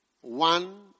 One